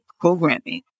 programming